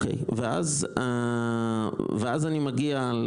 ואז אני מגיע,